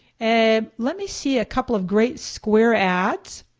and let me see a couple of great square ads